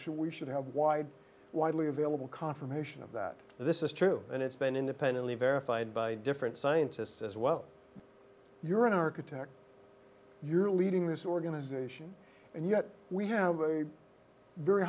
should we should have wide widely available confirmation of that this is true and it's been independently verified by different scientists as well you're an architect you're leading this organization and yet we have a very